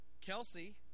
Kelsey